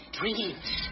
dreams